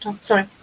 Sorry